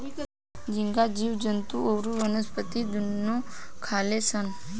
झींगा जीव जंतु अउरी वनस्पति दुनू खाले सन